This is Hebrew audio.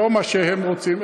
לא מה שהם רוצים,